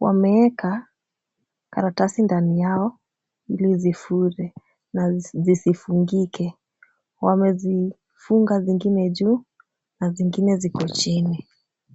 Wameeka karatasi ndani yao ili zifure na zisifungike. Wamezifunga zingine juu na zingine ziko chini.